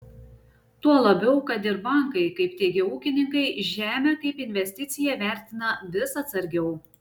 tuo labiau kad ir bankai kaip teigia ūkininkai žemę kaip investiciją vertina vis atsargiau